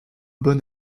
bon